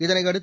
இதையடுத்து